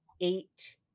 eight